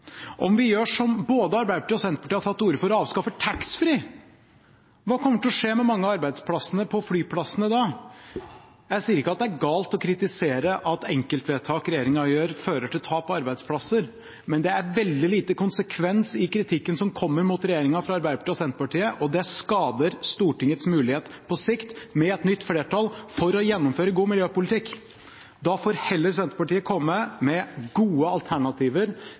Om vi gjør som både Arbeiderpartiet og Senterpartiet har tatt til orde for og avskaffer taxfree, hva kommer til å skje med mange av arbeidsplassene på flyplassene da? Jeg sier ikke at det er galt å kritisere at enkeltvedtak regjeringen gjør, fører til tap av arbeidsplasser. Men det er veldig lite konsekvens i kritikken som kommer mot regjeringen, fra Arbeiderpartiet og Senterpartiet, og det skader Stortingets mulighet på sikt, med et nytt flertall, for å gjennomføre god miljøpolitikk. Da får heller Senterpartiet komme med gode alternativer